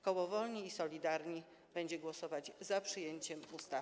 Koło Wolni i Solidarni będzie głosować za przyjęciem ustawy.